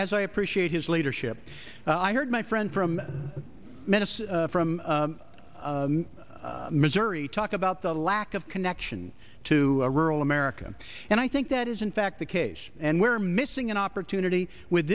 as i appreciate his leadership i heard my friend from madison from missouri talk about the lack of connection to rural america and i think that is in fact the case and we're missing an opportunity with